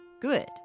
good